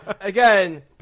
again